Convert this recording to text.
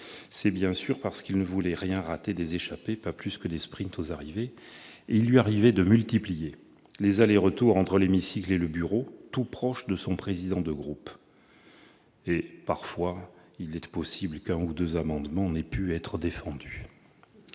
c'était bien sûr parce qu'il ne voulait rien rater des échappées pas plus que des sprints aux arrivées. Il lui arrivait de multiplier les allers et retours entre l'hémicycle et le bureau, tout proche, de son président de groupe et il est bien possible que parfois, un ou deux amendements n'aient pu être défendus